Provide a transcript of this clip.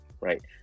right